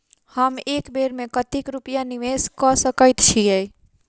हम एक बेर मे कतेक रूपया निवेश कऽ सकैत छीयै?